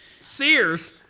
Sears